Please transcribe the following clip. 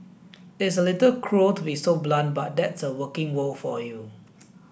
it's a little cruel to be so blunt but that's the working world for you